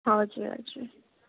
हजुर हजुर